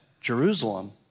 Jerusalem